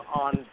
on